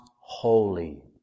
holy